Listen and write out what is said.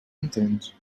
entens